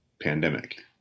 pandemic